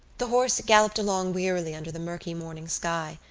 the horse galloped along wearily under the murky morning sky,